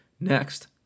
Next